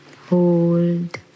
Hold